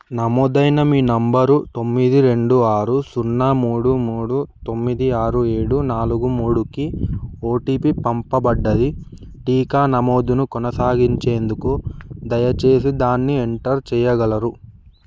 నమోదైన మీ నంబరు తొమ్మిది రెండు ఆరు సున్నా మూడు మూడు తొమ్మిది ఆరు ఏడు నాలుగు మూడుకి ఓటీపి పంపబడ్డది టీకా నమోదును కొనసాగించేందుకు దయచేసి దాన్ని ఎంటర్ చేయగలరు